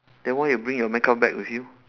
then why you bring your makeup bag with you